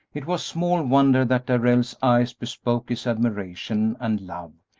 it was small wonder that darrell's eyes bespoke his admiration and love,